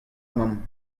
mamm